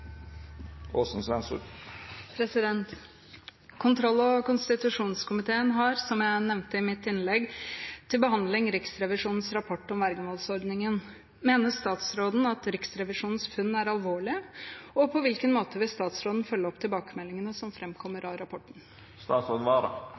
Kontroll- og konstitusjonskomiteen har, som jeg nevnte i mitt innlegg, til behandling Riksrevisjonens rapport om vergemålsordningen. Mener statsråden at Riksrevisjonens funn er alvorlige, og på hvilken måte vil statsråden følge opp tilbakemeldingene som